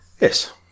Yes